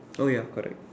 oh ya correct